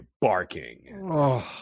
barking